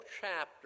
chapter